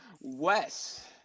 Wes